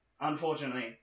unfortunately